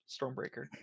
Stormbreaker